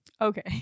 Okay